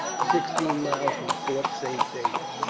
sixteen miles from fort saint david.